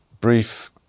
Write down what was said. brief